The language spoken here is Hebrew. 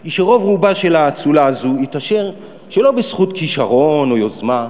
הוא שרוב-רובה של האצולה הזאת מתעשר שלא בזכות כישרון או יוזמה,